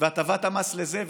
והטבת המס לזה,